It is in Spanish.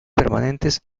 permanentes